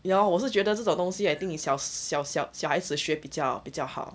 you know 我是觉得这种东西 I think 一小小小小孩子学比较比较好